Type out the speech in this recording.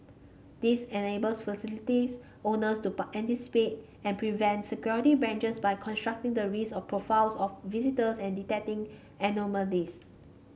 this enables facilities owners to anticipate and prevent security breaches by constructing the risk profiles of visitors and detecting anomalies